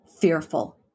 fearful